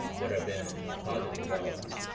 there have been positive developments,